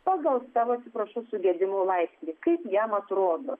pagal savo atsiprašau sugedimo laipsnį kaip jam atrodo